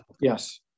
Yes